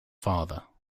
father